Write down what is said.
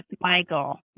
Michael